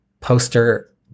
poster